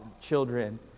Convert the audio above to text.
children